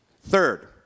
Third